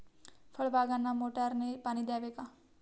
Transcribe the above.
फळबागांना मोटारने पाणी द्यावे का?